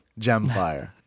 Gemfire